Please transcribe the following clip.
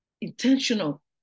intentional